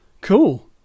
Cool